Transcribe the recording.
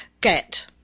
get